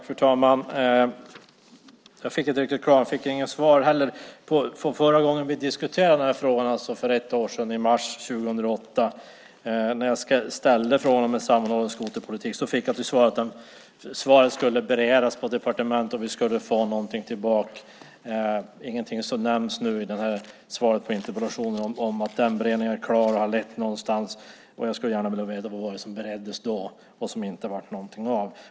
Fru talman! Jag fick inte riktigt det här klart för mig. Inte heller förra gången vi diskuterade den här frågan fick jag något svar. Det var för ett år sedan, i mars 2008, när jag ställde frågan om en samordnad skoterpolitik. Då fick jag till svar att frågan skulle beredas på departementet och att vi skulle få någonting tillbaka. Det är ingenting som nämns nu i svaret på interpellationen. Är beredningen klar, och har den lett någonstans? Jag skulle gärna vilja få reda på vad det var som bereddes då och vad det inte blev någonting av.